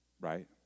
Right